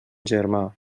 germà